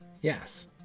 yes